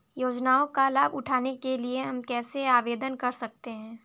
योजनाओं का लाभ उठाने के लिए हम कैसे आवेदन कर सकते हैं?